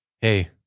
hey